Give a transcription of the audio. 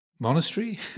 monastery